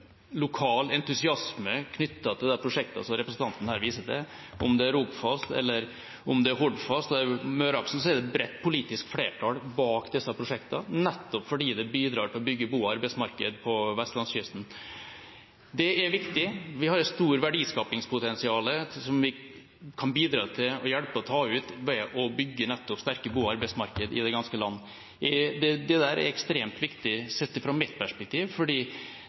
lokal entusiasme knyttet til disse prosjektene som representanten her viser til. Om det er Rogfast, Hordfast eller Møreaksen, er det et bredt politisk flertall bak disse prosjektene – nettopp fordi de bidrar til å bygge bo- og arbeidsmarked på vestlandskysten. Det er viktig. Vi har et stort verdiskapingspotensial som vi kan bidra til å hjelpe å ta ut ved å bygge sterke bo- og arbeidsmarked i det ganske land. Dette er ekstremt viktig sett fra mitt perspektiv fordi